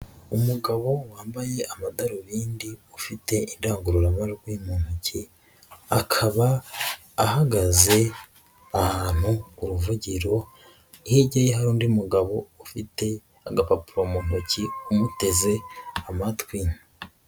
Umugabo wambaye amadarubindi ufite indangururamajwi mu ntoki, akaba ahagaze ahantu ku ruvugiro, hirya ye hari undi mugabo ufite agapapuro mu ntoki, umuteze amatwi.